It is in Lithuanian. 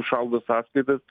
įšaldo sąskaitas